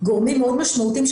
מאוד משמעותיים,